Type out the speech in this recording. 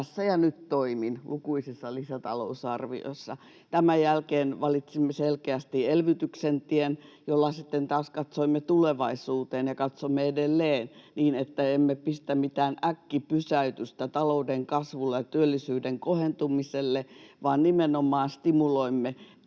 tässä ja nyt ‑toimin, lukuisissa lisätalousarvioissa. Tämän jälkeen valitsimme selkeästi elvytyksen tien, jolloin sitten taas katsoimme tulevaisuuteen ja katsomme edelleen niin, että emme pistä mitään äkkipysäytystä talouden kasvulle ja työllisyyden kohentumiselle, vaan nimenomaan stimuloimme